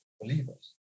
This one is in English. believers